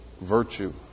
virtue